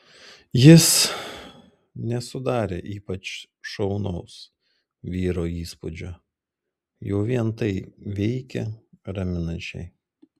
jis nesudarė ypač šaunaus vyro įspūdžio jau vien tai veikė raminančiai